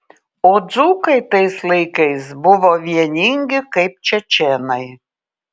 o dzūkai tais laikais buvo vieningi kaip čečėnai